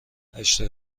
هشتاد